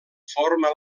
forma